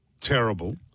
terrible